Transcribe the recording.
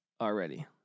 already